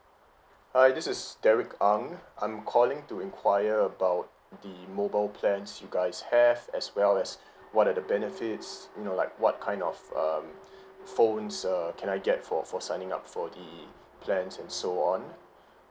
hi this is derek ang I'm calling to inquire about the mobile plans you guys have as well as what are the benefits you know like what kind of um phones err can I get for for signing up for the plans and so on